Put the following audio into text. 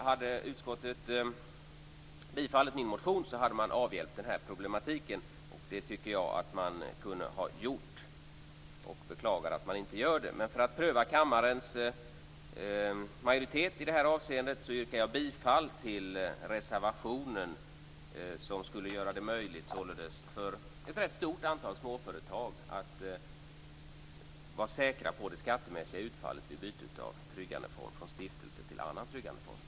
Hade utskottet bifallit min motion hade man avhjälpt den här problematiken, och det tycker jag att man kunde ha gjort och beklagar att man inte gör det. Men för att pröva kammarens majoritet i det här avseendet yrkar jag bifall till reservationen som skulle göra det möjligt således för ett rätt stort antal småföretag att vara säkra på det skattemässiga utfallet vid byte av tryggandeform från stiftelse till annan tryggandeform.